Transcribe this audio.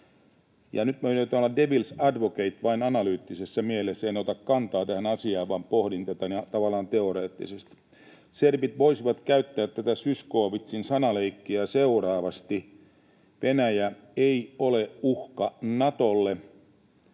Nyt minä yritän olla devil’s advocate vain analyyttisessä mielessä, en ota kantaa tähän asiaan vaan pohdin tätä tavallaan teoreettisesti. Serbit voisivat käyttää tätä Zyskowiczin sanaleikkiä seuraavasti: Venäjä ei ole uhka Natolle.